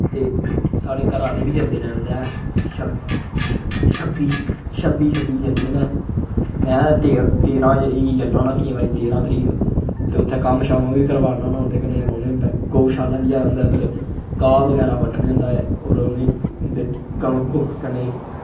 ते साढ़े घरा दे बी जन्दे न उं'दै छब छब्बी छब्बी छब्बी जन्दे न में ते तेरां गी जन्ना होन्ना केईं बारी तेरां तरीक ते उत्थै कम्म शम्म बी करवाना होना उं'दे कन्नै उ'नें गऊशाला बी ऐ उं'दै उद्धर घाह् बगैरा बड्डने होंदा ऐ होर उ'नें दे गवै गौ कन्ने